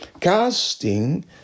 casting